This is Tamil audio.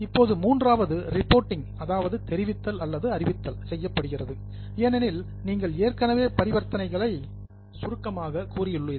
இப்போது மூன்றாவதாக ரிப்போர்ட்டிங் அதாவது தெரிவித்தல் அல்லது அறிவித்தல் செய்யப்படுகிறது ஏனெனில் நீங்கள் ஏற்கனவே பரிவர்த்தனைகளை சுருக்கமாக கூறியுள்ளீர்கள்